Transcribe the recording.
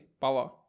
power